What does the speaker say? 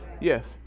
yes